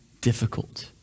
difficult